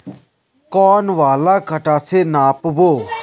कौन वाला कटा से नाप बो?